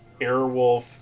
Airwolf